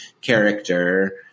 character